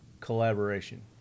collaboration